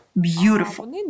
beautiful